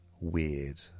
weird